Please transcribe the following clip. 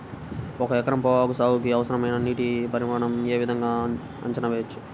ఒక ఎకరం పొగాకు సాగుకి అవసరమైన నీటి పరిమాణం యే విధంగా అంచనా వేయవచ్చు?